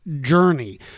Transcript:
Journey